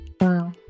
Wow